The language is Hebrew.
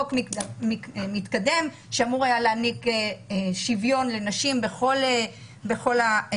חוק מתקדם שאמרו היה להעניק שוויון לנשים בכל המקומות.